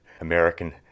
American